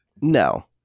No